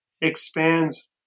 expands